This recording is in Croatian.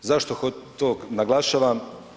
Zašto to naglašavam?